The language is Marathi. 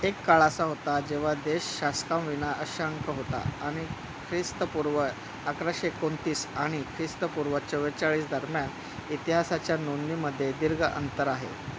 एक काळ असा होता जेव्हा देश शासकविना अशंक होता आणि ख्रिस्तपूर्व अकराशे एकोणतीस आणि ख्रिस्तपूर्व चौरेचाळीस दरम्यान इतिहासाच्या नोंदणीमध्ये दीर्घ अंतर आहे